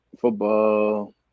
football